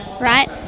right